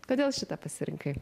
kodėl šitą pasirinkai